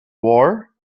war